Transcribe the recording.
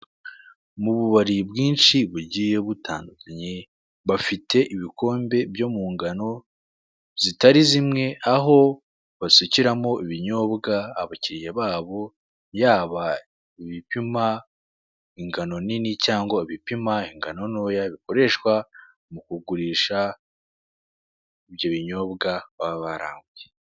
Mu bubari bwinshi bugiye butandukanye, bafite ibikombe byo mu ngano, zitari zimwe aho basukiramo ibinyobwa abakiriya babo, yaba ibipima ingano nini cyangwa ibipima ingano ntoya bikoreshwa mu kugurisha ibyo binyobwa baba baranguye.